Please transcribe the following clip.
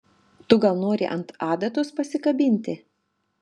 tu gal nori ant adatos pasikabinti